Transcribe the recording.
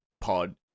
pod